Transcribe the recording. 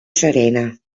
serena